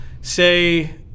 say